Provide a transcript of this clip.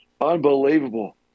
unbelievable